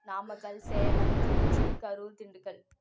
Namakkal Salem Tiruchi Karur Dindigul